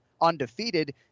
undefeated